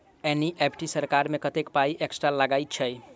NEFT करऽ मे कत्तेक पाई एक्स्ट्रा लागई छई?